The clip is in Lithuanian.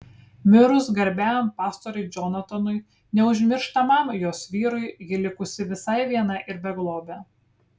mirus garbiajam pastoriui džonatanui neužmirštamam jos vyrui ji likusi visai viena ir beglobė